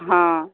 हँ